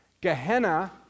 Gehenna